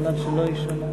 כדי שלא יישמע,